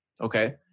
Okay